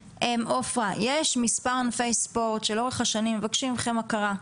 --- יש מספר ענפי ספורט שלאורך השנים מבקשים מכם הכרה,